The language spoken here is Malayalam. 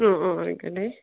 അ ആ ആയിക്കോട്ടെ